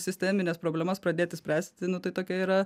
sistemines problemas pradėti spręsti nu tai tokia yra